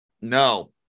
No